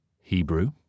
Hebrew